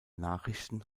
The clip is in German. nachrichten